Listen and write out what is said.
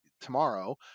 tomorrow